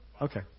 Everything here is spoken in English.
Okay